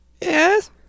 Yes